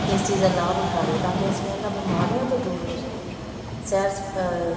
ਇਸ ਚੀਜ਼ ਦਾ ਲਾਭ ਉਠਾਲੇ ਤਾਂ ਕਿ ਅਸੀਂ ਇਹਨਾਂ ਬਿਮਾਰੀਆਂ ਤੋਂ ਦੂਰ ਹੋ ਜਾਈਏ ਸੈਰ